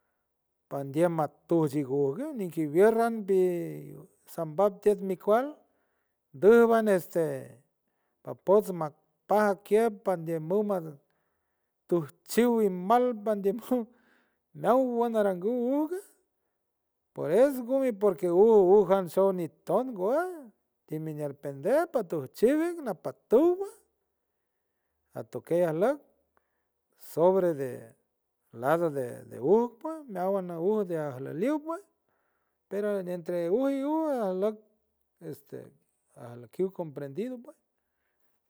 Pandiem ma tujdikujga ni ki wierran pi sambap tiet miqwal ndujban ezte papotz mapajaqiap pandie mu ma tujchiu i mal pandiem meau wanarangu ujga por ez gumi porque uj ujan shou ni ton gua ti minier pende patujchivek na patuwba a toqei ajlak sobre de laza de de ujpa meawbana uj de ajlaliu boi perolan entre e uji uj ajlak este ajlaqiu comprendido bai.